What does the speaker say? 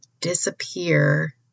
disappear